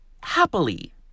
happily